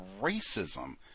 racism